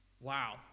Wow